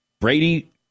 Brady